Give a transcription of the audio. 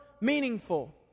meaningful